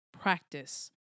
practice